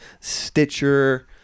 Stitcher